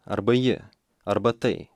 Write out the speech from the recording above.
arba ji arba tai